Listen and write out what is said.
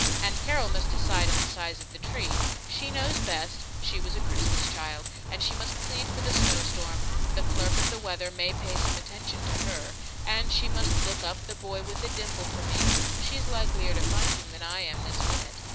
and carol must decide on the size of the tree she knows best, she was a christmas child and she must plead for the snow-storm the clerk of the weather may pay some attention to her and she must look up the boy with the dimple for me she's likelier to find him than i am, this minute.